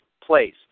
place